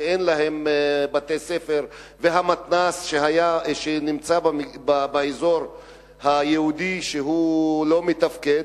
שאין להם בתי-ספר והמתנ"ס שנמצא באזור היהודי לא מתפקד,